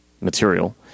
material